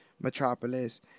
metropolis